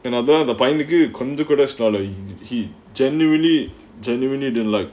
another point the good conduct us dollar he genuinely genuine need to like